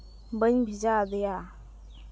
ᱵᱟᱹᱧ ᱵᱷᱮᱡᱟᱣᱟᱫᱮᱭᱟ